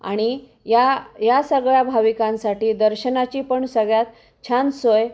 आणि या या सगळ्या भाविकांसाठी दर्शनाची पण सगळ्यात छान सोय